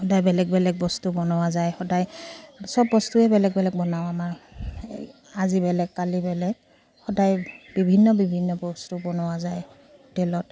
সদায় বেলেগ বেলেগ বস্তু বনোৱা যায় সদায় চব বস্তুৱে বেলেগ বেলেগ বনাওঁ আমাৰ আজি বেলেগ কালি বেলেগ সদায় বিভিন্ন বিভিন্ন বস্তু বনোৱা যায় হোটেলত